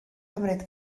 cymryd